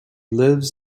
lives